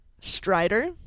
Strider